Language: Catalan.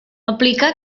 aplicar